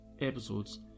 episodes